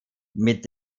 mit